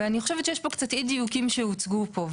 אני חושבת שיש פה קצת אי דיוקים שהוצגו פה,